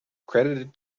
credited